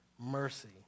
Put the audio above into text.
mercy